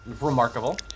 Remarkable